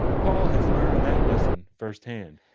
paul has learned that lesson first-hand.